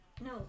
No